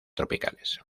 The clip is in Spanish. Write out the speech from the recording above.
tropicales